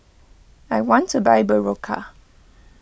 I want to buy Berocca